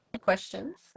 questions